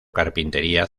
carpintería